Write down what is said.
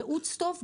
ייעוץ טוב,